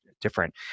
different